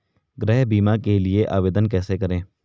गृह बीमा के लिए आवेदन कैसे करें?